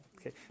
okay